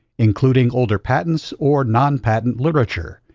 including older patents or non patent literature,